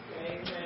Amen